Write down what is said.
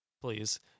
please